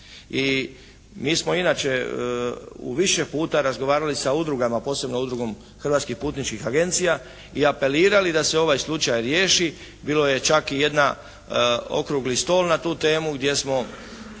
I mi smo inače u više puta razgovarali sa udrugama, posebno Udrugom hrvatskih putničkih agencija i apelirali da se ovaj slučaj riješi. Bilo je čak i jednom Okrugli stol na tu temu gdje smo